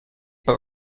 but